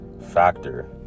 Factor